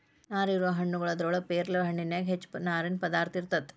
ನಾರು ಇರುವ ಹಣ್ಣುಗಳು ಅದರೊಳಗ ಪೇರಲ ಹಣ್ಣಿನ್ಯಾಗ ಹೆಚ್ಚ ನಾರಿನ ಪದಾರ್ಥ ಇರತೆತಿ